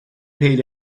paid